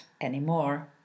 anymore